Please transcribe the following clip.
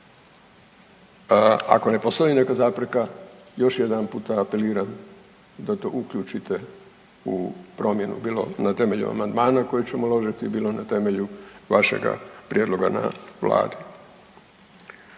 Ako ne postoji neka zapreka još jedanputa apeliram da to uključite u promjenu bilo na temelju amandmana koji ćemo uložiti, bilo na temelju vašega prijedloga na vladi.